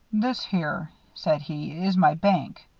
this here, said he, is my bank.